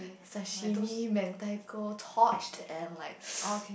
sashimi mentaiko Torched and Like